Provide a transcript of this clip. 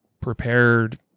prepared